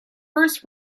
first